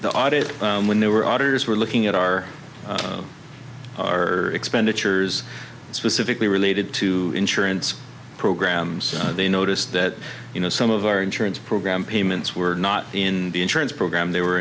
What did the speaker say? the audit when they were auditors were looking at our expenditures specifically related to insurance programs they noticed that you know some of our insurance program payments were not in the insurance program they were